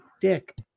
dick